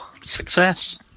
Success